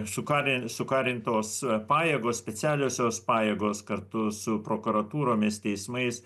sukarin sukarintos pajėgos specialiosios pajėgos kartu su prokuratūromis teismais